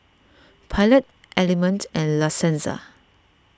Pilot Element and La Senza